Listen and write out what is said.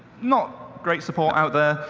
not great support out there.